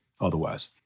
otherwise